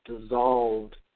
dissolved